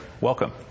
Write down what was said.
welcome